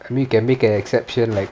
I mean you can make an exception like